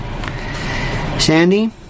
Sandy